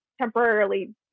temporarily